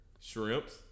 shrimps